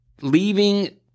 leaving